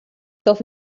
doch